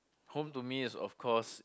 home to me is of course